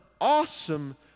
awesome